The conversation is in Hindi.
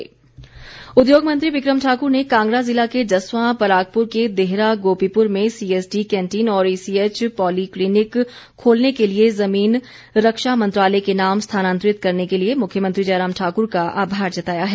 बिक्रम ठाक्र उद्योग मंत्री बिक्रम ठाक्र ने कांगड़ा ज़िला के जसवां परागपुर के देहरा गोपीपुर में सीएसडी कैंटीन और ईसीएचएस पॉली क्लीनिक खोलने के लिए जमीन रक्षा मंत्रालय के नाम स्थानांतरित करने के लिए मुख्यमंत्री जयराम ठाकुर का आभार जताया है